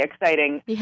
exciting